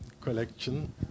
collection